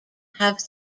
have